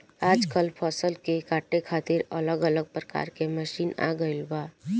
आजकल फसल के काटे खातिर अलग अलग प्रकार के मशीन आ गईल बा